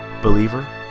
believer